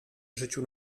życiu